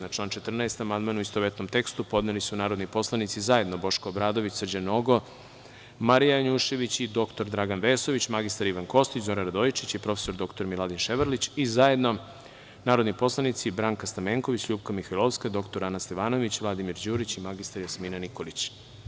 Na član 14. amandmane u istovetnom tekstu podneli su narodni poslanici Boško Obradović, Srđan Nogo, Marija Janjušević, dr Dragan Vesović, mr Ivan Kostić, Zoran Radojičić i prof. dr Miladin Ševarlić i zajedno Branka Stamenković, LJupka Mihajlovska, dr. Ana Stevanović, Vladimir Đurić i mr Jasmina Nikolić.